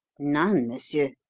none, monsieur.